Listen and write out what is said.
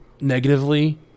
negatively